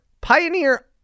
Pioneer